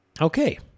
Okay